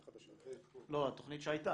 התכנית החדשה --- לא, התכנית שהייתה.